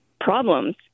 problems